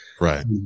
Right